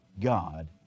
God